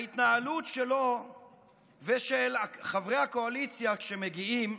ההתנהלות שלו ושל חברי הקואליציה, כשמגיעים,